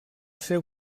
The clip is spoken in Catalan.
ser